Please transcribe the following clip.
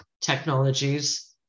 technologies